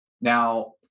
Now